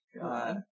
God